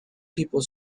people